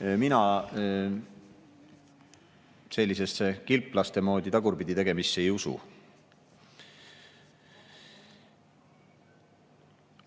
Mina sellisesse kilplaste moodi tagurpidi tegemisse ei usu.